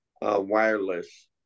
wireless